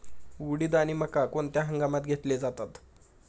उडीद आणि मका कोणत्या हंगामात घेतले जातात?